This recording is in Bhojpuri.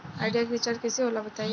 आइडिया के रिचार्ज कइसे होला बताई?